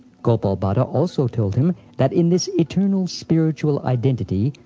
gopal bhatta also told him that in this eternal spiritual identity,